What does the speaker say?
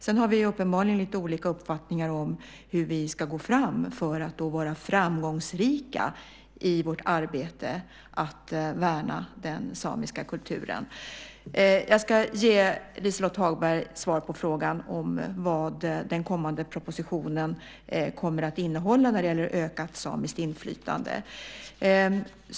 Sedan har vi uppenbarligen lite olika uppfattningar om hur vi ska gå fram för att vara framgångsrika i vårt arbete med att värna den samiska kulturen. Jag ska ge Liselott Hagberg svar på frågan om vad den kommande propositionen kommer att innehålla när det gäller ökat samiskt inflytande.